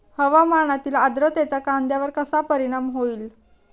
हवामानातील आर्द्रतेचा कांद्यावर कसा परिणाम होईल?